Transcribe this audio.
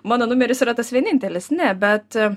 mano numeris yra tas vienintelis ne bet